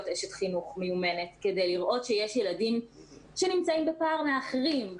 אשת חינוך מיומנת כדי לראות שיש ילדים שנמצאים בפער מאחרים.